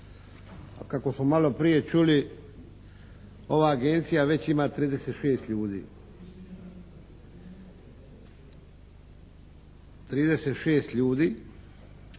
kako smo malo prije čuli ova Agencija već ima 36 ljudi. 36 ljudi,